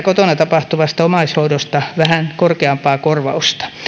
kotona tapahtuvasta omaishoidosta vähän korkeampaa korvausta